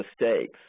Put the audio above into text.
mistakes